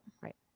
Right